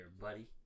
buddy